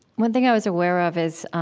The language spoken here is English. one thing i was aware of is,